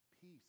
peace